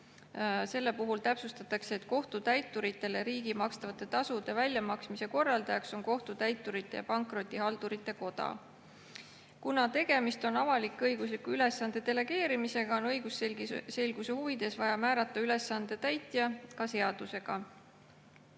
tasu, täpsustatakse, et kohtutäituritele riigi makstavate tasude väljamaksmise korraldaja on Kohtutäiturite ja Pankrotihaldurite Koda. Kuna tegemist on avalik-õigusliku ülesande delegeerimisega, on õigusselguse huvides vaja määrata ülesande täitja ka seadusega.